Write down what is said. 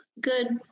good